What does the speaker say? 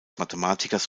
mathematikers